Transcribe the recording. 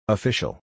Official